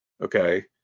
Okay